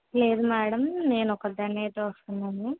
లేదు మేడం నేను ఒక దాన్ని అయితే వస్తున్నాను